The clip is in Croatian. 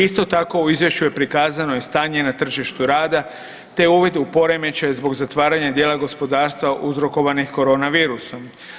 Isto tako u izvješću je prikazano i stanje na tržištu rada te uvid u poremećaje zbog zatvaranje dijela gospodarstva uzrokovanih Korona virusom.